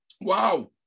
Wow